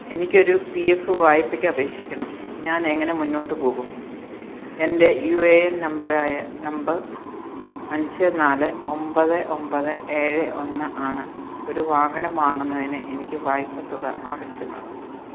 എനിക്ക് ഒരു P F വായ്പയ്ക്ക് അപേക്ഷിക്കണം ഞാൻ എങ്ങനെ മുന്നോട്ട് പോകും എൻ്റെ യു എ എൻ നമ്പരായ നമ്പർ അഞ്ച് നാല് ഒൻപത് ഒൻപത് ഏഴ് ഒന്ന് ആണ് ഒരു വാഹനം വാങ്ങുന്നതിന് എനിക്ക് വായ്പ തുക ആവശ്യമാണ്